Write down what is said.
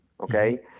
Okay